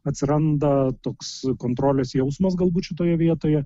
atsiranda toks kontrolės jausmas galbūt šitoje vietoje